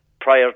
prior